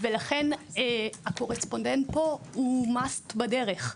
ולכן הקורספונדנט פה הוא חובה בדרך,